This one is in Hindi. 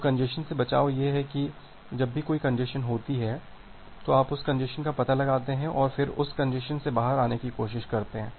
तो कंजेस्शन से बचाव यह है कि जब भी कोई कंजेस्शन होती है आप उस कंजेस्शन का पता लगाते हैं और फिर उस कंजेस्शन से बाहर आने की कोशिश करते हैं